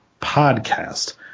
Podcast